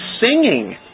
singing